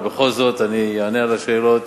אבל בכל זאת אני אענה על השאלות.